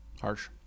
Harsh